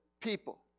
people